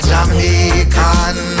Jamaican